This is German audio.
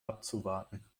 abzuwarten